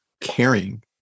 caring